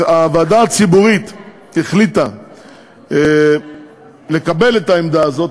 הוועדה הציבורית החליטה לקבל את העמדה הזאת,